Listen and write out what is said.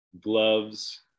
gloves